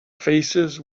faces